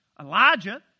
Elijah